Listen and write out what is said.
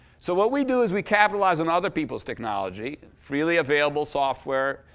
so what we do is, we capitalize on other people's technology freely available software,